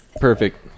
Perfect